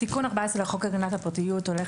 תיקון 14 לחוק הגנת הפרטיות הולך